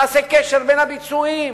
נעשה קשר לביצועים.